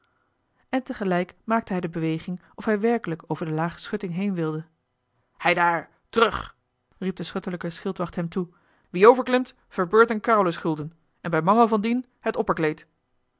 tegelijk maakte hij de beweging of hij werkelijk over de lage schutting heen wilde heidaar terug riep de schutterlijke schildwacht hem toe wie overklimt verbeurt een carolus gulden en bij mangel van dien het opperkleed